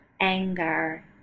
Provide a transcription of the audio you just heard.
anger